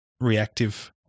reactive